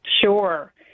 Sure